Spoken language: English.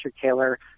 Taylor